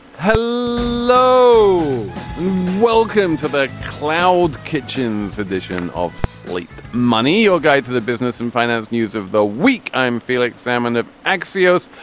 hello hello welcome to the cloud kitchen's edition of slate money your guide to the business and finance news of the week. i'm felix salmon of axioms.